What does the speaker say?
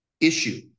issue